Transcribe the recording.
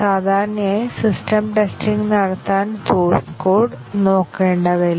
സാധാരണയായി system testing നടത്താൻ source code നോക്കേണ്ടതില്ല